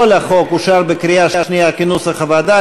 כל החוק אושר בקריאה שנייה כנוסח הוועדה,